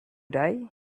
die